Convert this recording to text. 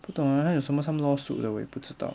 不懂她有什么 some lawsuit 的我也不知道